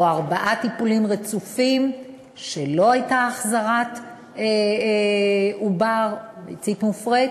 או ארבעה טיפולים רצופים כשלא הייתה החזרת ביצית מופרית,